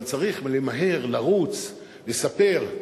אבל צריך למהר, לרוץ, לספר,